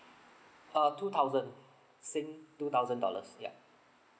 uh two thousand sing two thousand dollars yeah